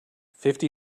fifty